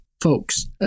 folks